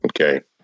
Okay